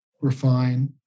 refine